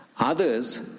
Others